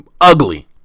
ugly